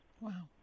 Wow